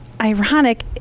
ironic